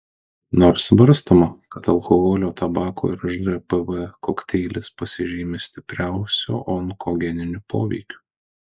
nors svarstoma kad alkoholio tabako ir žpv kokteilis pasižymi stipriausiu onkogeniniu poveikiu